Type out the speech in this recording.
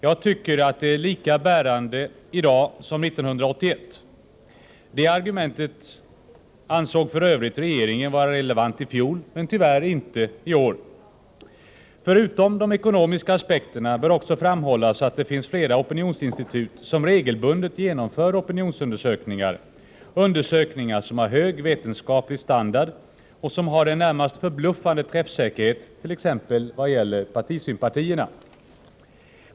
Jag tycker att det är lika bärande i dag som 1981. Det argumentet ansåg för övrigt regeringen vara relevant i fjol, men tyvärr inte i år. Förutom de ekonomiska aspekterna bör också framhållas att det finns flera opinionsinstitut som regelbundet genomför opinionsundersökningar, som har en hög vetenskaplig standard och som har en närmast förbluffande träffsäkerhet t.ex. vad gäller partisympatierna.